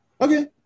Okay